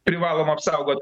privalom apsaugot